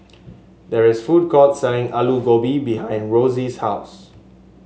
there is a food court selling Alu Gobi behind Rossie's house